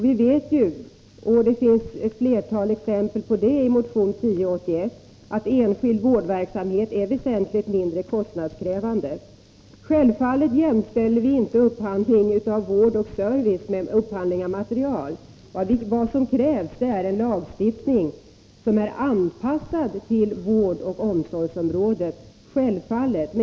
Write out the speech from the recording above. Vi vet ju att — det finns ett flertal exempel på det i motion 1081 — enskild vårdverksamhet är väsentligt mindre kostnadskrävande. Självfallet jämställer vi inte ”upphandling” av vård och service med upphandling av materiel. Vad som krävs är naturligtvis en lagstiftning som är anpassad till vårdoch omsorgsområdet.